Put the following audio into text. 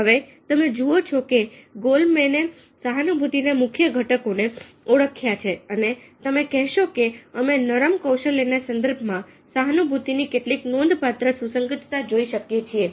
હવે તમે જુઓ છો કે ગોલમેને સહાનુભૂતિના મુખ્ય ઘટકો ને ઓળખ્યા છે અને તમે કહેશો કે અમે નરમ કૌશલ્યના સંદર્ભમાં સહાનુભૂતિની કેટલીક નોંધપાત્ર સુસંગતતા જોઈ શકીએ છીએ